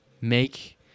make